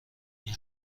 این